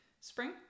Spring